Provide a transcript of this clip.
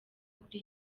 kuri